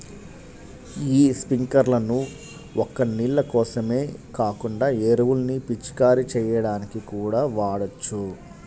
యీ స్పింకర్లను ఒక్క నీళ్ళ కోసమే కాకుండా ఎరువుల్ని పిచికారీ చెయ్యడానికి కూడా వాడొచ్చు